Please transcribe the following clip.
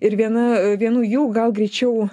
ir viena vienų jau gal greičiau